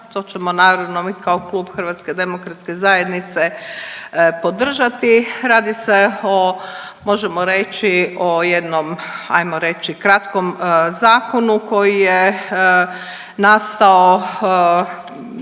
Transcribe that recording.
To ćemo naravno mi kao klub Hrvatske demokratske zajednice podržati. Radi se o možemo reći jednom hajmo reći kratkom zakonu koji je nastao,